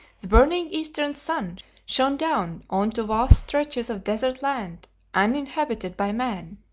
the burning eastern sun shone down on to vast stretches of desert-land uninhabited by man,